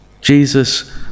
Jesus